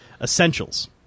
Essentials